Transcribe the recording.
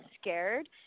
scared